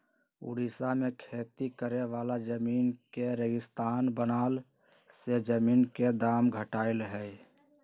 ओड़िशा में खेती करे वाला जमीन के रेगिस्तान बनला से जमीन के दाम घटलई ह